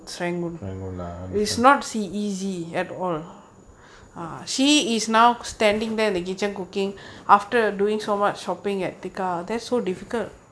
serangoon lah understand